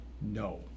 no